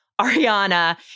Ariana